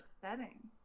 setting